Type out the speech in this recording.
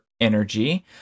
energy